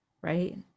Right